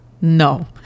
No